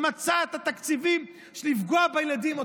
שמצא את התקציבים לפגוע בילדים?